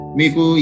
miku